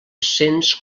cents